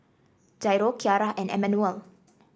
Jairo Kyara and Emanuel